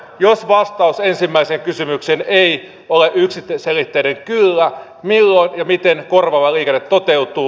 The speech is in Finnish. jos vastaus ensimmäiseen kysymykseen ei ole yksiselitteinen kyllä milloin ja miten korvaava liikenne toteutuu